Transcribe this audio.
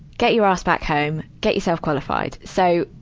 get your ass back home. get yourself qualified. so,